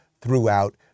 throughout